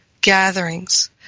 gatherings